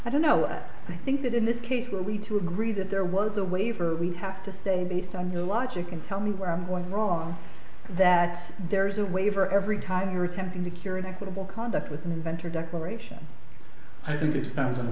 i don't know i think that in this case were we to agree that there was a waiver we have to say based on your logic and tell me where i'm going wrong that there's a waiver every time you're attempting to cure an equitable conduct with an inventor declaration i